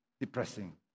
depressing